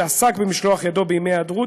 שעסק במשלח ידו בימי היעדרות,